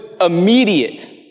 immediate